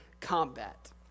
combat